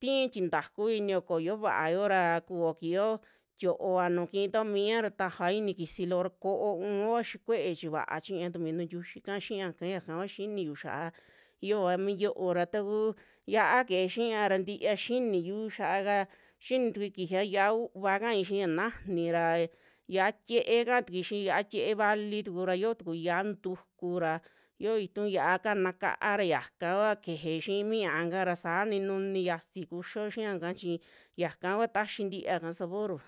ti'i tintaku iniyo ko'oyo vaao ra ku'o kiiyo tiova, kii tuo miiya ra tajaoa ini kisi loora ko'o u'un vua xii kue'e chi vaa chiña tuu minu tiuxika xiiñaka yaka kua xiniyu xa'a yiova mi yo'o ra takuu yia'a keje xiya ra ntiya xiniyu xiaka, kini tukui kijiya yia'a uuva kai xia najani ra, yia'a tie kaatukui xii yia'a tiee vali tuku ra, yio tuku yia'a ntukura xio itu yia'a kana kaara yaka kua keje xii mi ñiaa kara, saa ni nuni yiasi kuxio xii yaka chi, yaka kua taxi ntiia ika saboru.